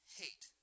hate